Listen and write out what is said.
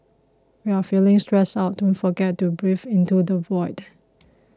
when you are feeling stressed out don't forget to breathe into the void